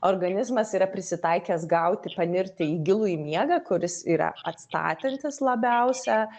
organizmas yra prisitaikęs gauti panirti į gilųjį miegą kuris yra atstatantis labiausia